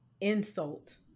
insult